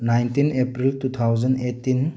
nineteen April two thousand eighteen